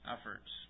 Efforts